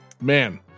Man